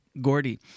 Gordy